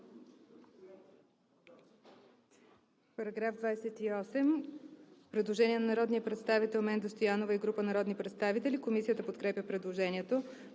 По § 28 има предложение на народния представител Менда Стоянова и група народни представители. Комисията подкрепя предложението.